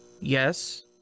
Yes